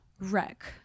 wreck